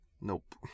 Nope